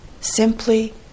simply